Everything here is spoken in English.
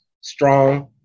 strong